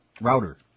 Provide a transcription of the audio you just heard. router